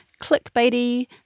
clickbaity